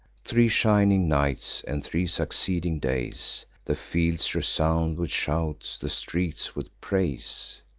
three shining nights, and three succeeding days, the fields resound with shouts, the streets with praise,